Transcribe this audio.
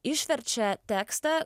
išverčia tekstą